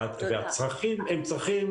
הצרכים הם צרכים,